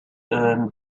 earned